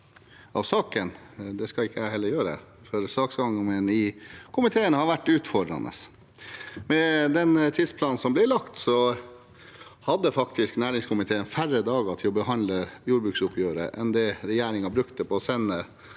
Det skal heller ikke jeg gjøre, for saksgangen i komiteen har vært utfordrende. Med den tidsplanen som ble lagt, hadde næringskomiteen faktisk færre dager på seg til å behandle jordbruksoppgjøret enn det regjeringen brukte på å sende